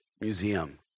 museum